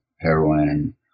heroin